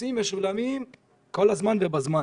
המסים משולמים כל הזמן ובזמן.